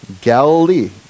Galilee